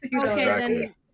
Okay